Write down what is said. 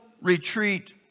retreat